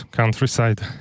countryside